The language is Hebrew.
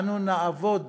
אנו נעבוד